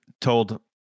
told